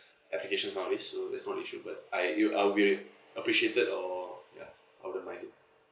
applications always so it's not an issue but I knew I'll be appreciated or ya underminded